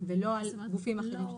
ולא לגופים אחרים.